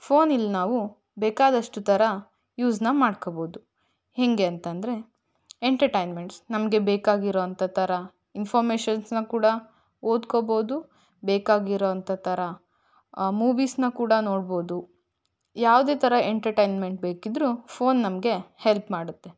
ಫೋನಲ್ಲಿ ನಾವು ಬೇಕಾದಷ್ಟು ಥರ ಯೂಸನ್ನ ಮಾಡ್ಕೊಬೌದು ಹೇಗೆನ್ತಂದ್ರೆ ಎಂಟರ್ಟೈನ್ಮೆಂಟ್ಸ್ ನಮಗೆ ಬೇಕಾಗಿರೊ ಅಂಥ ಥರ ಇನ್ಫಾರ್ಮೆಷನ್ಸನ್ನ ಕೂಡ ಓದ್ಕೊಬೌದು ಬೇಕಾಗಿರೊ ಅಂಥ ಥರ ಮೂವೀಸನ್ನ ಕೂಡ ನೋಡ್ಬೋದು ಯಾವುದೇ ಥರ ಎಂಟರ್ಟೈನ್ಮೆಂಟ್ ಬೇಕಿದ್ದರೂ ಫೋನ್ ನಮಗೆ ಹೆಲ್ಪ್ ಮಾಡುತ್ತೆ